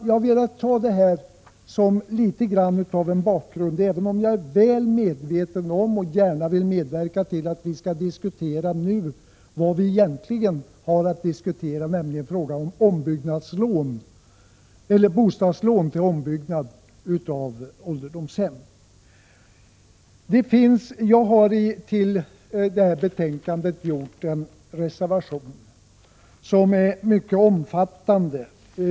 Jag har velat ta fram detta som litet grand av en bakgrund, även om jag är väl medveten om och gärna vill medverka till att vi nu diskuterar vad vi egentligen har att diskutera, nämligen frågan om bostadslån för ombyggnad av ålderdomshem. Jag har till det aktuella betänkandet skrivit en reservation som är mycket omfattande.